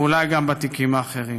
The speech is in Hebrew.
ואולי גם בתיקים האחרים.